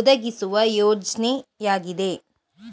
ಒದಗಿಸುವ ಯೋಜ್ನಯಾಗಿದೆ